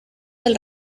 del